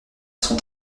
son